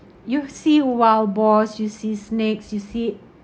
you see wild boars you see snakes you see